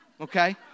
okay